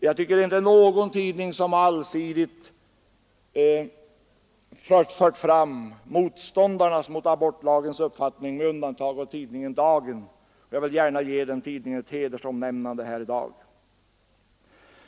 Ingen tidning har, tycker jag, allsidigt fört fram uppfattningen hos motståndarna mot abortlagen — med undantag av tidningen Dagen. Jag vill gärna ge den tidningen ett hedersomnämnande här i dag.